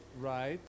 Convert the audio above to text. Right